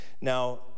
Now